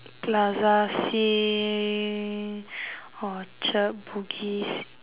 plaza-sing Orchard Bugis